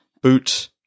boot